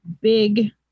big